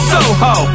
Soho